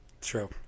True